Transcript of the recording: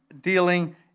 dealing